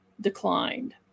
declined